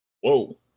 Whoa